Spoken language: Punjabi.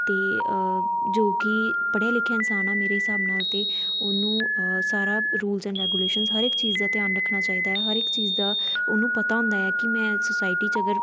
ਅਤੇ ਜੋ ਕਿ ਪੜ੍ਹਿਆ ਲਿਖਿਆ ਇਨਸਾਨ ਆ ਮੇਰੇ ਹਿਸਾਬ ਨਾਲ ਤਾਂ ਉਹਨੂੰ ਸਾਰਾ ਰੂਲਸ ਐਂਡ ਰੈਗੁਲੇਸ਼ਨਸ ਹਰ ਇੱਕ ਚੀਜ਼ ਦਾ ਧਿਆਨ ਰੱਖਣਾ ਚਾਹੀਦਾ ਹੈ ਹਰ ਇੱਕ ਚੀਜ਼ ਦਾ ਉਹਨੂੰ ਪਤਾ ਹੁੰਦਾ ਹੈ ਕਿ ਮੈਂ ਸੁਸਾਇਟੀ 'ਚ ਅਗਰ